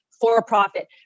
for-profit